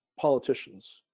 politicians